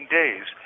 days